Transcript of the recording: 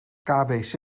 kbc